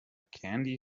candy